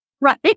Right